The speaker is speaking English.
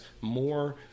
more